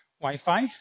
wi-fi